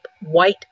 white